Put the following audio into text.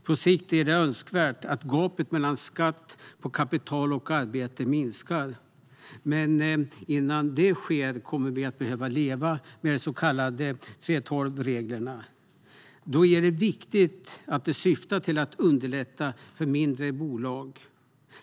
På sikt är det önskvärt att gapet mellan skatt på kapital och skatt på arbete minskar. Men innan det sker kommer vi att behöva leva med de så kallade 3:12-reglerna. Då är det viktigt att de syftar till att underlätta för mindre bolag.